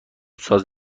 ساز